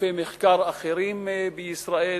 וגופי מחקר אחרים בישראל,